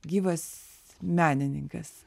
gyvas menininkas